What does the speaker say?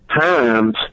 times